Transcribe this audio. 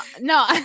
No